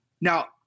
now